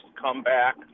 comeback